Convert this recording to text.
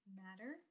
matter